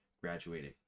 graduating